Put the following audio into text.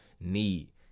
need